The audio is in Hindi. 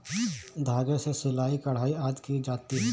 धागे से सिलाई, कढ़ाई आदि की जाती है